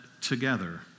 together